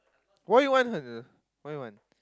what do you want her what do you want